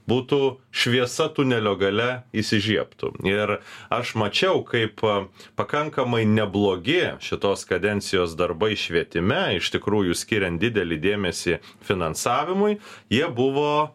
būtų šviesa tunelio gale įsižiebtų ir aš mačiau kaip pakankamai neblogi šitos kadencijos darbai švietime iš tikrųjų skiriant didelį dėmesį finansavimui jie buvo